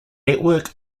network